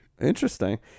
Interesting